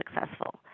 successful